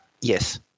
Yes